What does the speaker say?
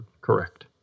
correct